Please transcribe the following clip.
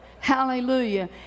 Hallelujah